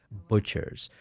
butchers,